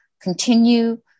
continue